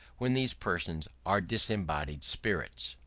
when these persons are disembodied spirits.